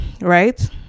right